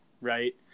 Right